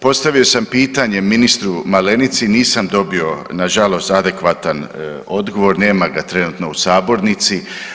Postavio sam pitanje ministru Malenici nisam dobio nažalost adekvatan odgovor, nema ga trenutno u sabornici.